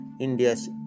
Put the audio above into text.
India's